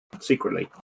Secretly